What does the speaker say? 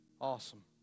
Awesome